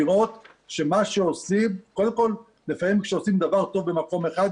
לפעמים כשעושים דבר טוב במקום אחד,